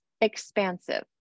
expansive